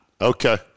Okay